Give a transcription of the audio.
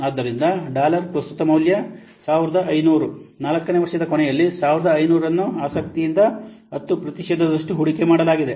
ಆದ್ದರಿಂದ ಡಾಲರ್ ಪ್ರಸ್ತುತ ಮೌಲ್ಯ 1500 4 ನೇ ವರ್ಷದ ಕೊನೆಯಲ್ಲಿ 1500 ರನ್ನು ಆಸಕ್ತಿಯಿಂದ 10 ಪ್ರತಿಶತದಷ್ಟು ಹೂಡಿಕೆ ಮಾಡಲಾಗಿದೆ